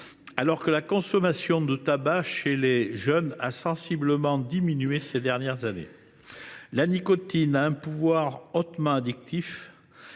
alors que la consommation de tabac chez les jeunes a sensiblement diminué ces dernières années. La nicotine a un pouvoir hautement addictif,